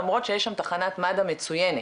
למרות שיש שם תחנת מד"א מצוינת,